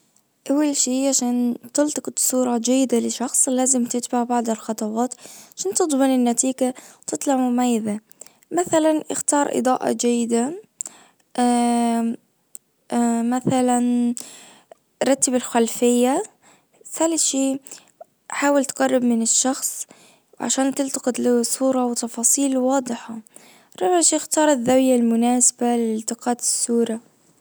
أول شي عشان تلتجط صورة جيدة لشخص لازم تتبع بعض الخطوات عشان تضمن النتيجة تطلع مميذة مثلا اختار اضاءة جيدة مثلا رتب الخلفية ثالث شي حاول تقرب من الشخص عشان تلتقط له صورة وتفاصيل واضحة رابع شي اختار الذاوية المناسبة لالتقاط الصورة.